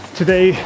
today